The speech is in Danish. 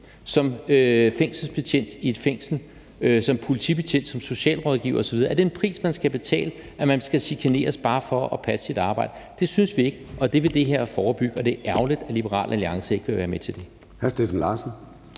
som fængselsbetjent i et fængsel, som politibetjent, socialrådgiver osv.? Er det en pris, man skal betale, at man skal chikaneres bare for at passe sit arbejde? Det synes vi ikke, og det vil det her forebygge, og det er ærgerligt, at Liberal Alliance ikke vil være med til det.